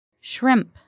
Shrimp